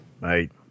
Right